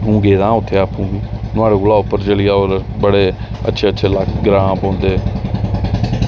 अं'ऊ गेदा हा उत्थें आपूं बी नुहाड़े कोला उप्पर चली जाओ ते अच्छे अच्छे ल्हाके ग्रांऽ पौंदे